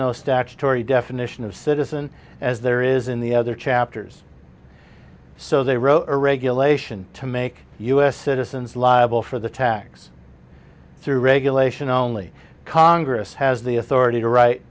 no statutory definition of citizen as there is in the other chapters so they wrote a regulation to make us citizens liable for the tax through regulation only congress has the authority to write